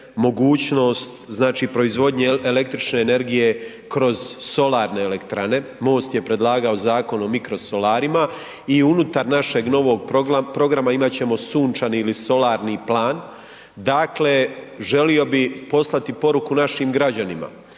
mogućnost, znači proizvodnje električne energije kroz solarne elektrane, MOST je predlagao Zakon o mikrosolarima i unutar našeg novog programa imat ćemo sunčani ili solarni plan, dakle želio bih poslati poruku našim građanima,